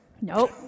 Nope